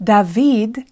David